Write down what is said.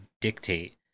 dictate